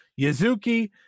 Yazuki